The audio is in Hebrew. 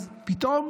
אז פתאום